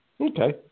Okay